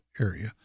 area